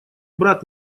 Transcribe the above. брат